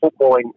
footballing